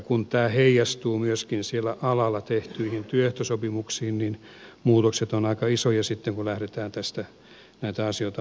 kun tämä heijastuu myöskin siellä alalla tehtyihin työehtosopimuksiin niin muutokset ovat aika isoja sitten kun lähdetään tästä näitä asioita muuttamaan